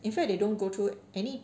in fact they don't go through any